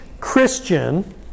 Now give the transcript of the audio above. Christian